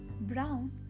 brown